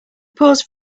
paused